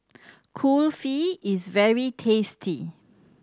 kulfi is very tasty